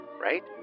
right